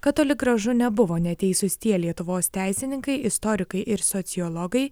kad toli gražu nebuvo neteisūs tie lietuvos teisininkai istorikai ir sociologai